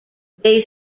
they